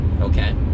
Okay